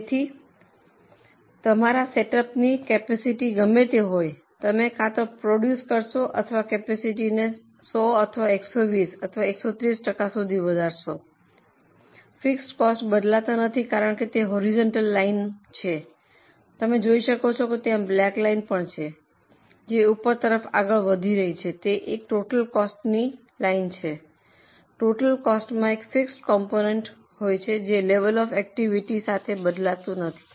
તેથી તમારા સેટઅપની કૅપેસિટી ગમે તે હોય તમે કાં તો પ્રોડ્યૂસ કરશો અથવા કૅપેસિટીને 100 અથવા 120 અથવા 130 ટકા સુધી વધારશો ફિક્સડ કોસ્ટ બદલાતા નથી કારણ કે તે હોરિઝોન્ટલ લાઈન છે તમે જોઈ શકો છો કે ત્યાં બ્લેક લાઈન છે જે ઉપર તરફ આગળ વધી રહી છે તે એક ટોટલ કોસ્ટની લાઇન છે ટોટલ કોસ્ટમાં એક ફિક્સડ કોમ્પોનેન્ટ હોય છે જે લેવલ ઑફ એકટીવીટીને સાથે બદલાતું નથી